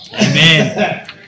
Amen